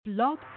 Blog